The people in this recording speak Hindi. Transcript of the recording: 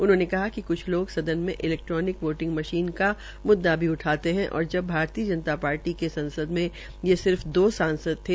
उन्होंने कहा कि क्छ लोग सदन में इलैक्ट्रोनिक वोटिंग मशीन का मुद्दा भी उठाते है और भारतय जनता पार्टी के संसद के सिर्फ दो सांसद थे